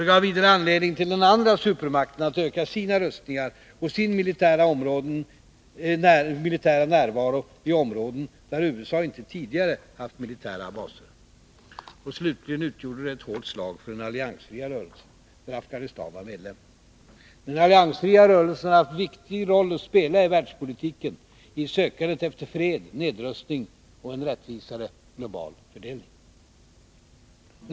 Den gav den andra supermakten anledning att öka sina rustningar och sin militära närvaro i områden där USA inte tidigare haft militära baser. Slutligen utgjorde den ett hårt slag mot den alliansfria rörelsen, där Afghanistan var medlem. Den alliansfria rörelsen har haft en viktig roll att spela i världspolitiken i sökandet efter fred, nedrustning och en rättvisare global fördelning.